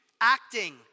acting